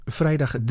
vrijdag